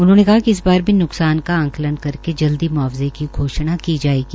उन्होंने कहा कि इस बार भी न्कसान का आंकलन करके जल्दी म्आवजे की घोषणा की जायेगी